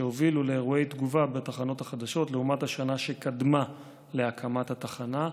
שיובילו לאירועי תגובה בתחנות החדשות לעומת השנה שקדמה להקמת התחנה.